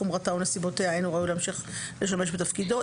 חומרתה או נסיבותיה אין הוא ראוי להמשיך לשמש בתפקידו,